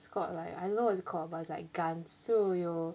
it's called like I don't know what it's called but it's like guns 所以有